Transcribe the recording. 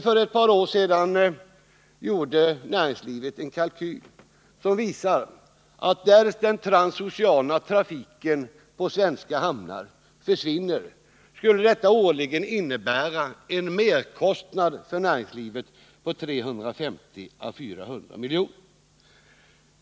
För ett par år sedan gjorde näringslivet en kalkyl som visar att därest den transoceana trafiken på svenska hamnar försvinner skulle detta innebära en årlig merkostnad för näringslivet på 350 å 400 milj.kr.